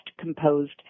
composed